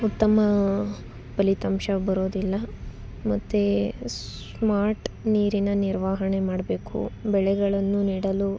ಉತ್ತಮ ಫಲಿತಾಂಶ ಬರೋದಿಲ್ಲ ಮತ್ತೆ ಸ್ಮಾರ್ಟ್ ನೀರಿನ ನಿರ್ವಹಣೆ ಮಾಡಬೇಕು ಬೆಳೆಗಳನ್ನು ನೀಡಲು